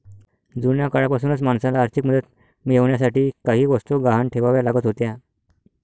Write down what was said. जुन्या काळापासूनच माणसाला आर्थिक मदत मिळवण्यासाठी काही वस्तू गहाण ठेवाव्या लागत होत्या